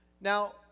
Now